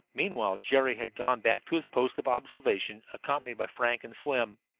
meanwhile jerry had gone back to his post of observation, accompanied by frank and slim.